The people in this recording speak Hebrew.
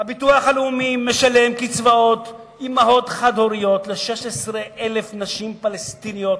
הביטוח הלאומי משלם קצבאות של אמהות חד-הוריות ל-16,000 נשים פלסטיניות